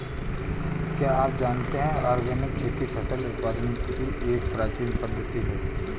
क्या आप जानते है ऑर्गेनिक खेती फसल उत्पादन की एक प्राचीन पद्धति है?